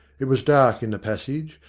it was dark in the passage,